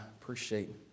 appreciate